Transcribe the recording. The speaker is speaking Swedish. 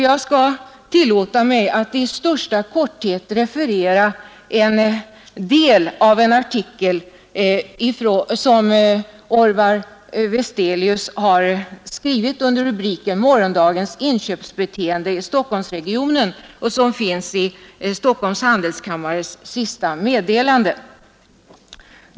Jag skall tillåta mig att i största korthet referera en del av en artikel som Orvar Westelius har skrivit i Stockholms handelskammares senaste meddelande under rubriken Morgondagens inköpsbeteenden i Stockholmsregionen.